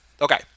Okay